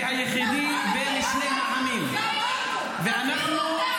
והיחידי בין שני העמים -- זה פשוט מדהים.